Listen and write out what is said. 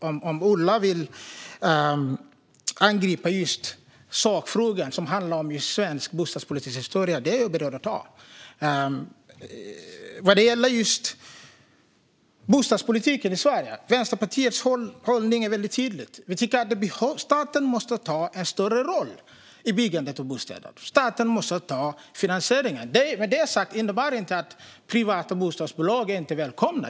Om Ola vill angripa sakfrågan, som handlar om just svensk bostadspolitisk historia, är jag beredd att ta det. Vad gäller bostadspolitiken i Sverige är Vänsterpartiets hållning tydlig: Vi tycker att staten måste ta en större roll i byggandet av bostäder. Staten måste ta finansieringen. Med detta sagt innebär det inte att privata bostadsbolag inte är välkomna.